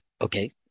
okay